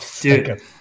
dude